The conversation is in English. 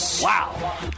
Wow